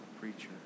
preacher